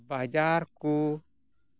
ᱵᱟᱡᱟᱨ ᱠᱩ